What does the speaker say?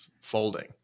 folding